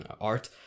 art